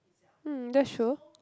mm that's true